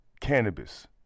cannabis